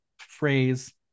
phrase